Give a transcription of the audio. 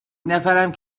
نفرم